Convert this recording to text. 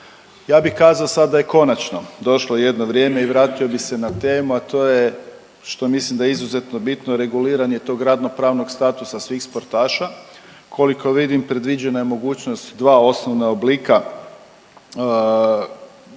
Ja bi kazao sad da je konačno došlo jedno vrijeme i vratio bi se na temu, a to je što mislim da je izuzetno bitno, reguliranje tog radno pravnog statusa svih sportaša. Koliko vidim predviđena je mogućnost dva osnovna oblika